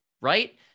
right